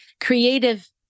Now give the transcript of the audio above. creative